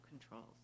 controls